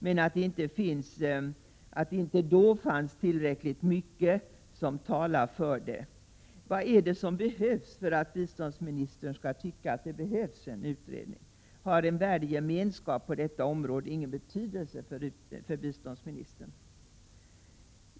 Hon framhöll dessutom att det då inte fanns tillräckligt mycket som talade för en utredning. Vad är det som erfordras för att biståndsministern skall tycka att det behövs en utredning? Har en värdegemenskap på detta område ingen betydelse för biståndsministern?